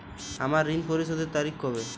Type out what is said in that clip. আমার ঋণ পরিশোধের তারিখ কবে?